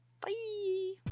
Bye